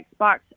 Xbox